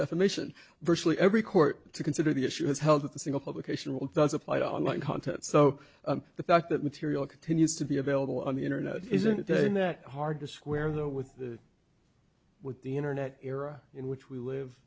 defamation virtually every court to consider the issue has held that the single publication will does apply to online content so the fact that material continues to be available on the internet isn't doing that hard to square that with the with the internet era in which we live